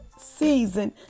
season